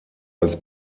als